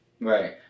Right